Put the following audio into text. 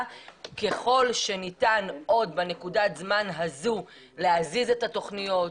ככל שניתן עוד בנקודת הזמן הזו להזיז את התוכניות,